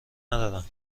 ندارم